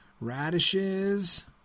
radishes